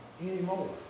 anymore